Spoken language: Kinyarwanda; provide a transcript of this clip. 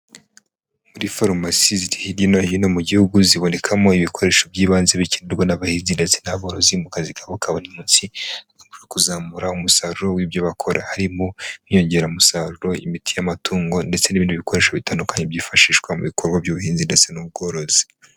Muri farumasi ziri hirya no hino mu Gihugu zibonekamo ibikoresho by'ibanze bikenerwa n'abahinzi ndetse n'aborozi mu kazi kabo ka munsi mu kuzamura umusaruro w'ibyo bakora. Harimo nk'inyongeramusaruro, imiti y'amatungo, ndetse n'ibindi bikoresho bitandukanye byifashishwa mu bikorwa by'ubuhinzi ndetse n'ubworozi.